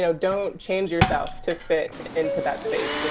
so don't change yourself to fit into that space.